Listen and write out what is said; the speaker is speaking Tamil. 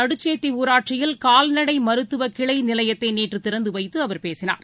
நடுச்சேத்திஊராட்சியில் நாகைமாவட்டம் கால்நடைமருத்துவகிளைநிலையத்தைநேற்றுதிறந்துவைத்துஅவர் பேசினார்